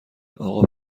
آقا